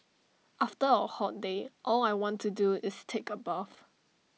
after A hot day all I want to do is take A bath